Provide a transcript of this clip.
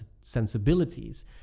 sensibilities